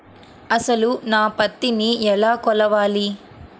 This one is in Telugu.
అసలు నా పత్తిని ఎలా కొలవాలి?